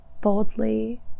boldly